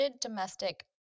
domestic